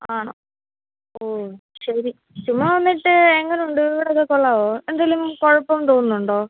ആണോ ഓ ശരി ചുമ്മാ വന്നിട്ട് എങ്ങനെയുണ്ട് വീടൊക്കെ കൊള്ളാമോ എന്തെങ്കിലും കുഴപ്പം തോന്നുന്നുണ്ടോ